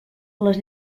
les